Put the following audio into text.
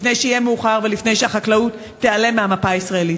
לפני שיהיה מאוחר ולפני שהחקלאות תיעלם מהמפה הישראלית.